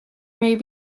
may